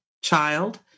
child